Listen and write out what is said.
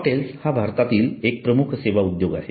hotels हा भारतातील एक प्रमुख सेवा उद्योग आहे